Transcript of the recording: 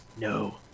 No